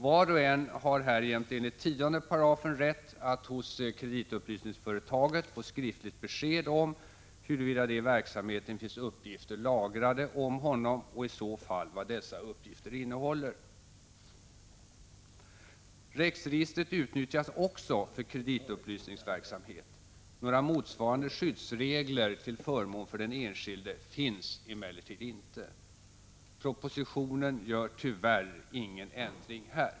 Var och en har härjämte enligt 10 § rätt att hos kreditupplysningsföretaget få skriftligt besked om huruvida det i verksamheten finns uppgifter lagrade om honom och i så fall vad dessa uppgifter innehåller. REX-registret utnyttjas också för kreditupplysningsverksamhet. Några motsvarande skyddsregler till förmån för den enskilde finns emellertid inte. Propositionen gör tyvärr ingen ändring här.